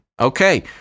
okay